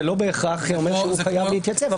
זה לא בהכרח אומר שהוא חייב להתייצב.